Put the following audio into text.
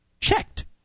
Checked